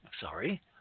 Sorry